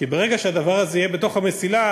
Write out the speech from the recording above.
כי ברגע שהדבר הזה יהיה בתוך המסילה,